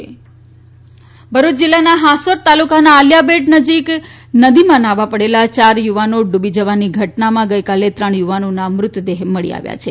ડુબી ગયા ભરૂચ જીલ્લાના હાસોટ તાલુકાના આલીયાબેટ નજીક નદીમાં ન્હાવા પડેલા ચાર યુવાનો ડુબી જવાની ઘટનામાં ગઇકાલે ત્રણ યુવાનોના મૃતદેહ મળી આવ્યા છે